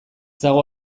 dago